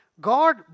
God